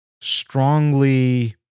strongly